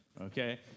okay